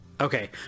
okay